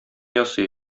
ясый